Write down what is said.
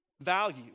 value